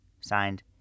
signed